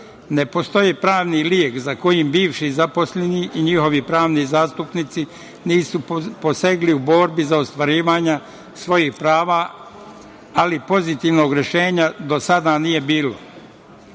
Ne postoji pravni lek za kojim bivši zaposleni i njihovi pravni zastupnici nisu posegli u borbi za ostvarivanje svojih prava, ali pozitivnog rešenja do sada nije